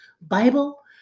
Bible